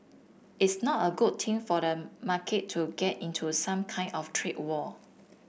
it's not a good thing for the market to get into some kind of trade war